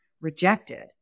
rejected